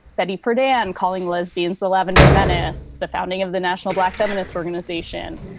betty friedan and calling lesbians the lavender menace, the founding of the national black feminist organization.